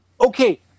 okay